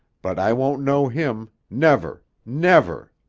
but i won't know him. never! never!